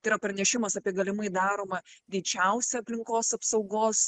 tai yra pranešimas apie galimai daromą didžiausią aplinkos apsaugos